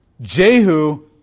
Jehu